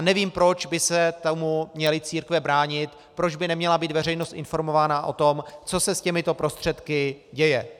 Nevím, proč by se tomu měly církve bránit, proč by neměla veřejnost být informována o tom, co se s těmito prostředky děje.